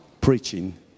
preaching